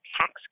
tax